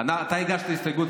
אתה הגשת הסתייגות,